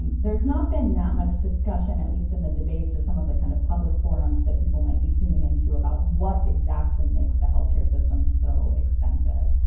and there's not been that much discussion, at least in the debates or some of the kind of public forums that people might be tuning into about what exactly makes the health care system so expensive.